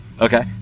okay